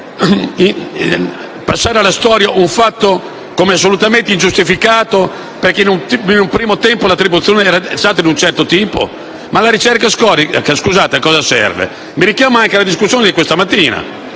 passare alla storia un fatto come assolutamente ingiustificato perché in un primo tempo l'attribuzione era stata di un certo tipo? Ma la ricerca storica, allora, a cosa serve? Mi richiamo anche alla discussione di questa mattina: